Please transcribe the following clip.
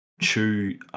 chew